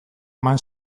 eman